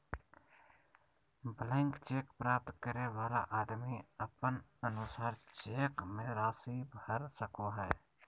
blank cheque प्राप्त करे वाला आदमी अपन अनुसार चेक मे राशि भर सको हय